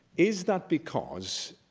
is that because,